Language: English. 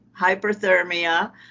hyperthermia